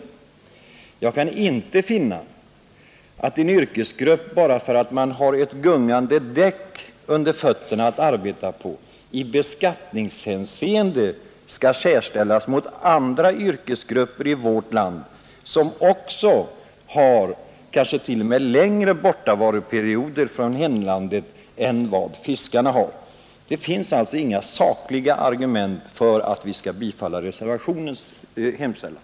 Jag kan inte finna att en yrkesgrupp, bara för att man har ett gungande däck under fötterna att arbeta på, i beskattningshänseende skall särställas jämfört med andra yrkesgrupper i vårt land, som också har kanske t.o.m. längre bortovaroperioder från hemlandet än vad fiskarna har. Det finns alltså inga sakliga argument för att vi skall bifalla reservationens hemställan.